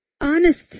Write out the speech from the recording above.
honest